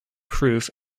proof